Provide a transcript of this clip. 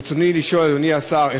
ברצוני לשאול, אדוני השר: